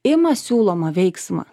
ima siūlomą veiksmą